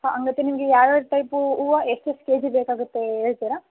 ಹಾಂ ಮತ್ತೆ ನಿಮಗೆ ಯಾವ ಯಾವ ಟೈಪ್ ಹೂವು ಹೂವು ಎಷ್ಟು ಎಷ್ಟು ಕೆ ಜಿ ಬೇಕಾಗುತ್ತೆ ಹೇಳ್ತೀರಾ